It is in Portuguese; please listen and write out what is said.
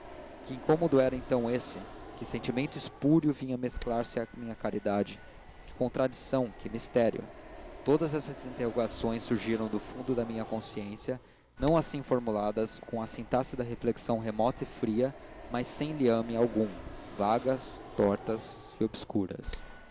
que incômodo era então esse que sentimento espúrio vinha mesclar se à minha caridade que contradição que mistério todas essas interrogações surgiram do fundo de minha consciência não assim formuladas com a sintaxe da reflexão remota e fria mas sem liame algum vagas tortas e obscuras